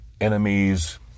enemies